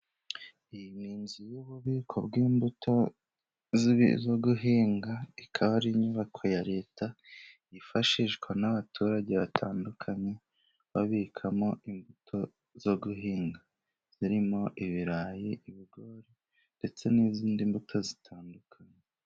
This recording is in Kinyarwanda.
Iyi ni inzu y'ububiko bw'imbuto zo guhinga, ikaba ari inyubako ya Leta yifashishwa n'abaturage batandukanye babikamo imbuto zo guhinga. Zirimo ibirayi, ibigori, ndetse n'izindi mbuto zitandukanye.